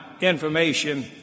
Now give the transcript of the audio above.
information